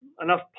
enough